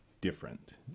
different